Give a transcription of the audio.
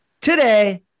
today